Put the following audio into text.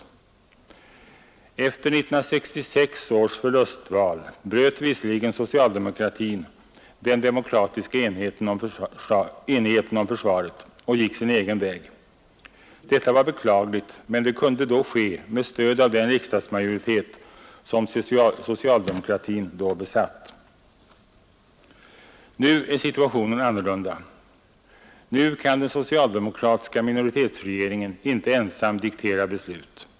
Efter 1966 års förlustval bröt visserligen socialdemokratin den demokratiska enigheten om försvaret och gick sin egen väg. Detta var beklagligt, men det kunde då ske med stöd av den riksdagsmajoritet som socialdemokraterna besatt. Nu är situationen annorlunda. Nu kan den socialdemokratiska minoritetsregeringen inte ensam diktera beslut.